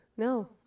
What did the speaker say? No